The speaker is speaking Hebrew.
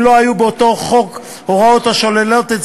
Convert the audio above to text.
אם לא היו באותו חוק הוראות השוללות את